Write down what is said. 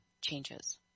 changes